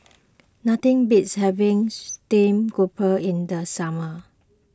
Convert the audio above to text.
nothing beats having Stream Grouper in the summer